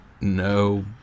No